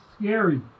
scary